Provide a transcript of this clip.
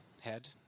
Head